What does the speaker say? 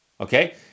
Okay